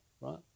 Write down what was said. right